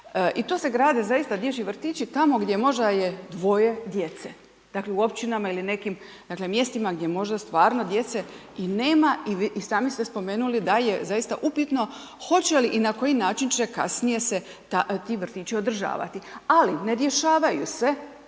i to se grade zaista dječji vrtići tamo gdje možda je dvoje djece, dakle, u općinama ili nekim, dakle, mjestima gdje stvarno djece i nema i sami ste spomenuli da je zaista upitno hoće li i na koji način će kasnije se ti vrtići održavati. Ali, ne rješavaju se